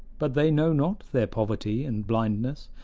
but they know not their poverty and blindness,